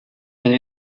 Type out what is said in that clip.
and